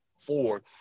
four